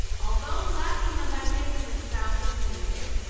although lacking the magnificent sounds of music,